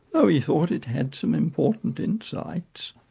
though he thought it had some important insights,